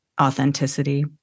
authenticity